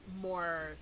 more